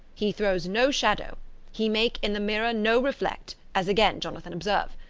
he throws no shadow he make in the mirror no reflect, as again jonathan observe.